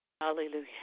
Hallelujah